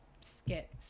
skit